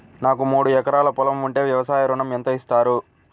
నాకు మూడు ఎకరాలు పొలం ఉంటే వ్యవసాయ ఋణం ఎంత ఇస్తారు?